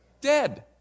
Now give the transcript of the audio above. Dead